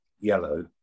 yellow